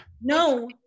No